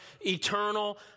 eternal